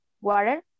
water